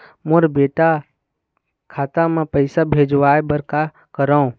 मोर बेटा खाता मा पैसा भेजवाए बर कर करों?